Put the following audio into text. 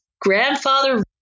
grandfather